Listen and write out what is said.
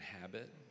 habit